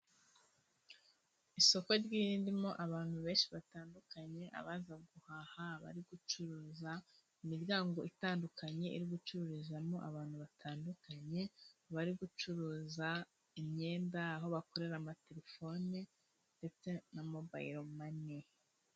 Isoko ry'indimo abantu benshi batandukanye, abaza guhaha, abari gucuruza, imiryango itandukanye iri gucururizamo, abantu batandukanye bari gucuruza imyenda, aho bakorera amatelefone ndetse na mobayilomani.